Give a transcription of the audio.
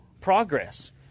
progress